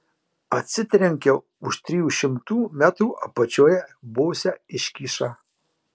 atsitrenkiau į už trijų šimtų metrų apačioje buvusią iškyšą